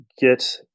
get